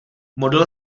modlil